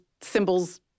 symbols